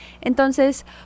Entonces